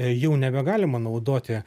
jau nebegalima naudoti